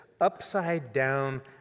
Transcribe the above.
upside-down